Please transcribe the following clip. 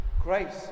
Grace